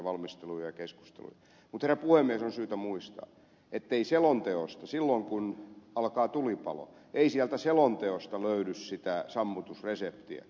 mutta herra puhemies on syytä muistaa ettei selonteosta silloin kun alkaa tulipalo löydy sitä sammutusreseptiä